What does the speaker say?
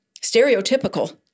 stereotypical